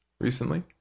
recently